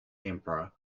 emperor